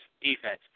defense